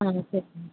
ஆ ஆ சரிம்மா